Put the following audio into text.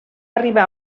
arribar